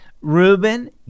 Reuben